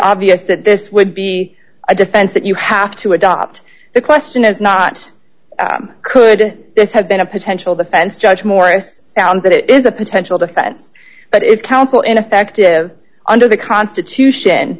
obvious that this would be a defense that you have to adopt the question is not could this have been a potential defense judge morris found that it is a potential defense but is counsel ineffective under the constitution